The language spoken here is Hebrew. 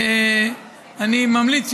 אני ממליץ,